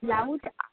blouse